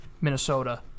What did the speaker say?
Minnesota